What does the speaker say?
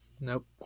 Nope